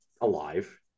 alive